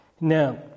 now